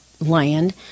land